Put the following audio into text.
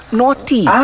naughty